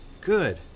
Good